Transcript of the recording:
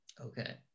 Okay